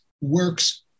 works